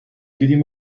دیدیم